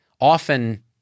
often